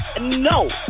No